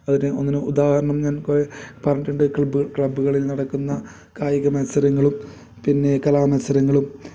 അതിന് ഒന്നിന് ഉദാഹരണം ഞാൻ കൊ പറഞ്ഞിട്ടുണ്ട് ക്ലബ്ബ് ക്ലബ്ബുകളിൽ നടക്കുന്ന കായിക മത്സരങ്ങളും പിന്നെ കലാ മത്സരങ്ങളും